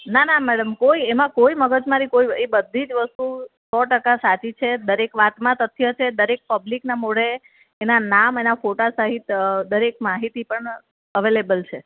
નાં નાં મેડમ કોઈ એમાં કોઈ મગજમારી કોઈ એ બધી જ વસ્તુ સો ટકા સાચી છે દરેક વાતમાં તથ્ય છે દરેક પબ્લિકનાં મોઢે એના નામ એના ફોટા સહિત દરેક માહિતી પણ અવેલેબલ છે